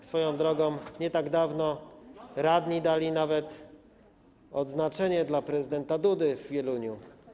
A swoją drogą nie tak dawno radni dali nawet odznaczenie dla prezydenta Dudy w Wieluniu.